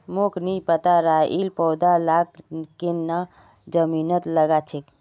मोक नी पता राइर पौधा लाक केन न जमीनत लगा छेक